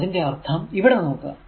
അതിന്റെ അർഥം ഇവിടെ നോക്കുക